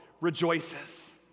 rejoices